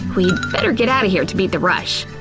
we'd better get out of here to beat the rush.